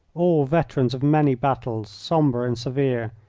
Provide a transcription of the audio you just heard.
all veterans of many battles, sombre and severe,